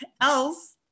else